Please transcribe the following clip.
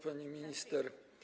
Pani Minister!